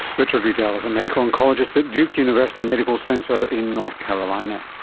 richard riedel is a medical oncologist at duke university medical center in north carolina.